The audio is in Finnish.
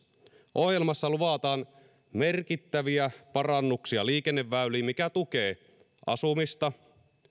ohjelmassa luvataan merkittäviä parannuksia liikenneväyliin mikä tukee asumista